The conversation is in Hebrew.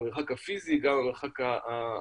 המרחק הפיזי וגם המרחק החברתי,